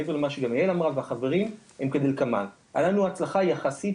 מעבר למה שגם יעל אמרה והחברים הן כדלקמן: היתה לנו הצלחה יחסית,